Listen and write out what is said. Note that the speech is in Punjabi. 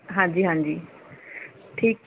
ਹਾਂਜੀ ਹਾਂਜੀ ਠੀਕ